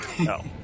no